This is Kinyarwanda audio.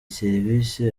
serivisi